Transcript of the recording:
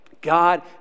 God